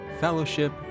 fellowship